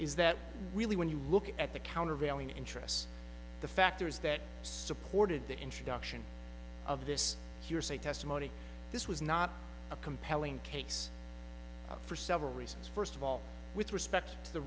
is that really when you look at the countervailing interests the factors that supported the introduction of this hearsay testimony this was not a compelling case for several reasons first of all with respect t